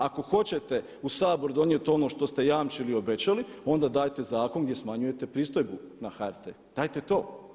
Ako hoćete u Sabor donijeti ono što ste jamčili i obećali onda dajte zakon gdje smanjujete pristojbu na HRT, dajte to.